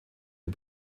die